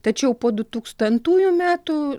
tačiau po du tūkstantųjų metų